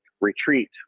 retreat